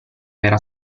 era